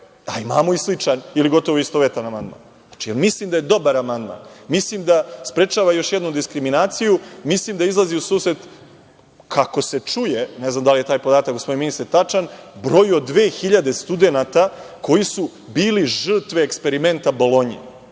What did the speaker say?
a imamo i sličan ili gotovo istovetan amandman, jer mislim da je dobar amandman, mislim da sprečava još jednu diskriminaciju, mislim da izlazi u susret, kako se čuje, ne znam da li je taj podatak gospodine ministre tačan, broju od 2000 studenata koji su bili žrtve eksperimenta Bolonje. Ima